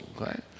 Okay